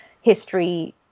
history